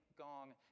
gong